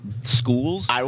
schools